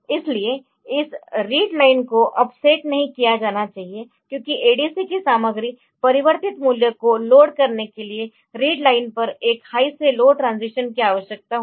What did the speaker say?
इसलिए इस read line को अब सेट नहीं किया जाना चाहिए क्योंकि ADC की सामग्री परिवर्तित मूल्य को लोड करने के लिए रीड लाइन पर एक हाई से लो ट्रांजीशन की आवश्यकता होगी